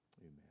Amen